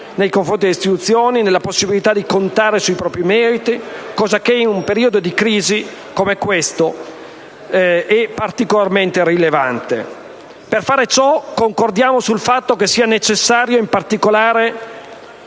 nei confronti delle istituzioni circa la possibilità di contare sui propri meriti, cosa che in un periodo di crisi come questo è particolarmente rilevante. Per fare ciò concordiamo sul fatto che siano necessari i rigorosi